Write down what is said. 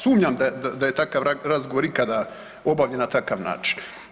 Sumnjam da je takav razgovor ikada obavljen na takav način.